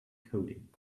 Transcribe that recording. coding